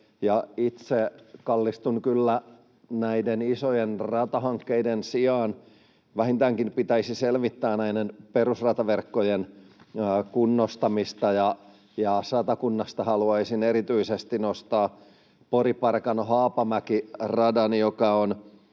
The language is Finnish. Itse kallistun kyllä näiden isojen ratahankkeiden sijaan siihen, että vähintäänkin pitäisi selvittää näiden perusrataverkkojen kunnostamista. Satakunnasta haluaisin erityisesti nostaa Pori—Parkano—Haapamäki-radan, joka on